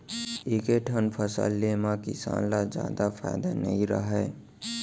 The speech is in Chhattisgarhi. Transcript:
एके ठन फसल ले म किसान ल जादा फायदा नइ रहय